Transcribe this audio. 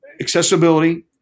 accessibility